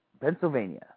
Pennsylvania